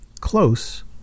close